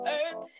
earth